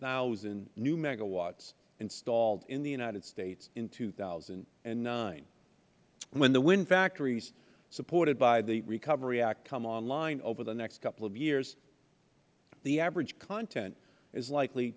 zero new megawatts installed in the united states in two thousand and nine when the wind factories supported by the recovery act come on line over the next couple of years the average content is likely